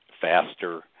faster